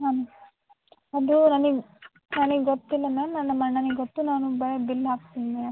ಹಾಂ ಮ್ಯಾಮ್ ಅದು ನನಗೆ ನನಗೆ ಗೊತ್ತಿಲ್ಲ ಮ್ಯಾಮ್ ನಾನು ನಮ್ಮ ಅಣ್ಣನಿಗೆ ಗೊತ್ತು ನಾನು ಬಿಲ್ ಹಾಕ್ತೀನಿ